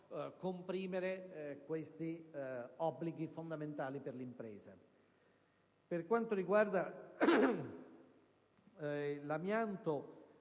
comprimere questi obblighi fondamentali per l'impresa. Per quanto riguarda l'amianto,